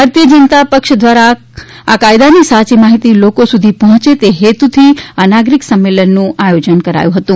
ભારતીય જનતા પક્ષ દ્વારા આ કાયદાની સાચી માહિતી લોકો સુધી પહોચે તે હેતુથી આ નાગરિક સંમેલનનું આયોજન કરવામાં આવ્યુ હતુ